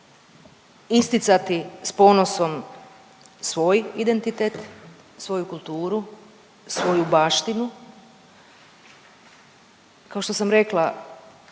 isticati s ponosom svoj identitet, svoju kulturu svoju baštinu, kao što sam rekla